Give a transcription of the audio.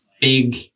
big